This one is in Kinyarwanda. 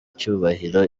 icyubahiro